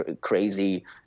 crazy